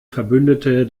verbündete